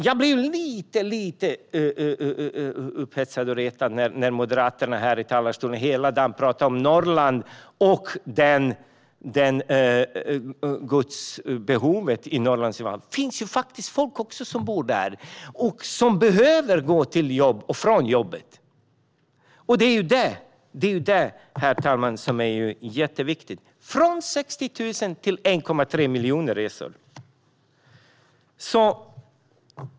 Jag blir lite upphetsad och irriterad över att Moderaterna hela dagen i talarstolen har pratat om Norrland och behovet av godstransporter. Det finns faktiskt folk som bor där. De behöver åka till och från jobbet. Det har gått från 60 000 till 1,3 miljoner resor.